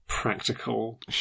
practical